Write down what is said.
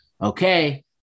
okay